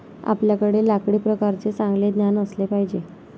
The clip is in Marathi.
आपल्याकडे लाकडी प्रकारांचे चांगले ज्ञान असले पाहिजे